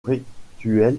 rituel